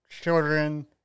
children